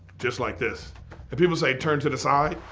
just like this. and people say turn to the side.